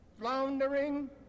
floundering